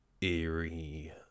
eerie